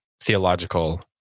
theological